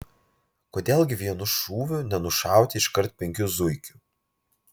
kodėl gi vienu šūviu nenušauti iškart penkių zuikių